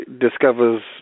discovers